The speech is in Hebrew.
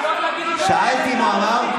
שאלתי אם הוא אמר.